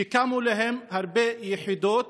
שקמו להן הרבה יחידות